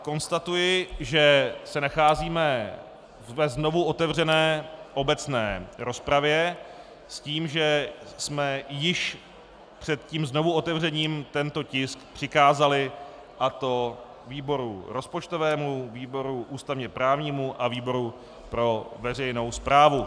Konstatuji, že se nacházíme ve znovuotevřené obecné rozpravě, s tím, že jsme již před znovuotevřením tento tisk přikázali, a to výboru rozpočtovému, výboru ústavněprávnímu a výboru pro veřejnou správu.